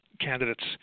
candidates